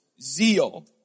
zeal